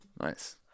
Nice